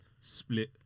split